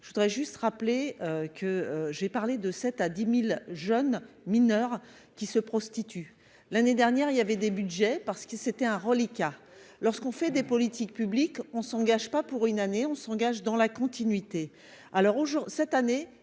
je voudrais juste rappeler que j'ai parlé de cette. à 10000 jeunes mineurs qui se prostituent l'année dernière il y avait des budgets parce que c'était un reliquat lorsqu'on fait des politiques publiques, on s'engage pas pour une année, on s'engage dans la continuité